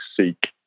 seek